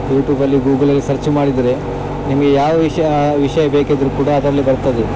ಯೂಟ್ಯೂಬಲ್ಲಿ ಗೂಗಲಲ್ಲಿ ಸರ್ಚ್ ಮಾಡಿದರೆ ನಿಮಗೆ ಯಾವ ವಿಷಯ ವಿಷಯ ಬೇಕಿದ್ದರೂ ಕೂಡ ಅದರಲ್ಲಿ ಬರ್ತದೆ